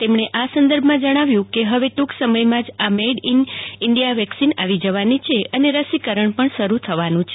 તેમણે આ સંદર્ભમાં જણાવ્યું કે હવે ટૂંક સમયમાં જ આ મેઇડ ઇન ઇન્ડીયા વેકસીન આવી જવાની છે અને રસીકરણ પણ શરૂ થવાનું છે